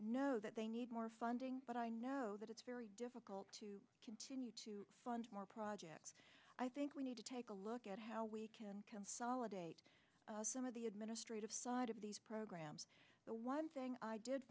know that they need more funding but i know that it's very difficult to continue to fund more projects i think we need to take a look at how we can consolidate some of the administrative side of these programs the one thing i did